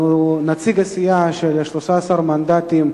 הוא נציג סיעה של 13 מנדטים.